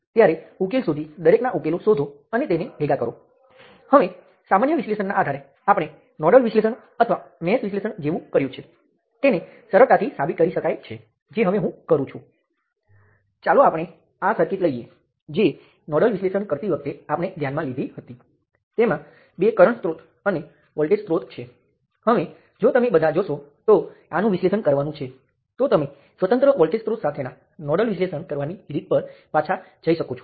તમે એક સમયે એક સ્ત્રોતને ધ્યાનમાં લઈને સર્કિટમાં કોઈપણ જગ્યાએ વોલ્ટેજ અથવા કરંટનો પ્રતિભાવ શોધી શકો છો